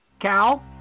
Cal